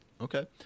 Okay